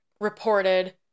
reported